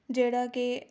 ਜਿਹੜਾ ਕਿ